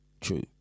True